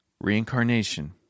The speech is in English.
reincarnation